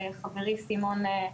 חברי סימון.